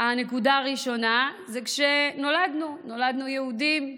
הנקודה הראשונה היא שכשנולדנו, נולדנו יהודים.